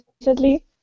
recently